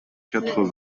quatre